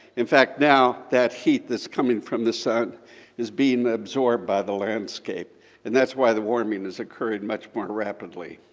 in fact, now, that heat that's coming from the sun is being absorbed by the landscape and that's why the warming is occurring much more rapidly.